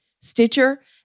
Stitcher